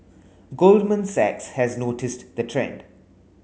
Goldman Sachs has noticed the trend